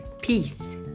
Peace